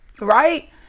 right